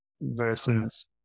versus